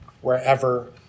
wherever